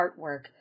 artwork